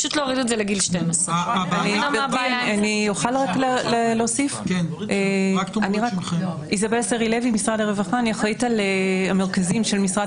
פשוט להוריד את זה לגיל 12. אני אחראית על המרכזים של משרד